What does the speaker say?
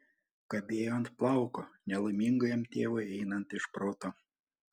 kabėjo ant plauko nelaimingajam tėvui einant iš proto